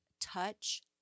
touch